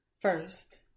first